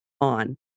on